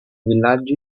villaggi